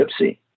Gypsy